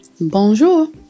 Bonjour